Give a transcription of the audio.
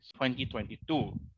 2022